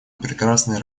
прекрасные